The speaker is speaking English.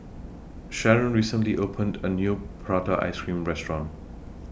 Sheron recently opened A New Prata Ice Cream Restaurant